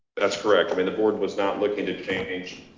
that's correct, i mean, the board was not looking to change.